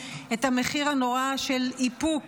את המחיר הנורא של איפוק